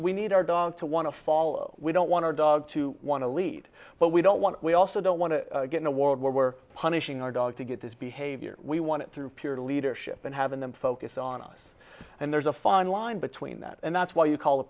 we need our dog to want to follow we don't want to dog to want to lead but we don't want we also don't want to get in a world where we're punishing our dog to get this behavior we want it through peer leadership and having them focus on us and there's a fine line between that and that's why you call